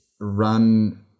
run